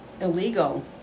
illegal